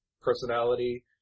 personality